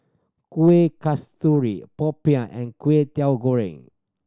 Kuih Kasturi popiah and Kway Teow Goreng